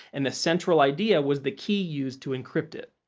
and the central idea was the key used to encrypt it.